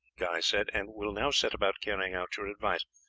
guy said, and will now set about carrying out your advice.